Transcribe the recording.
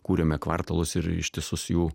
kūrėme kvartalus ir ištisus jų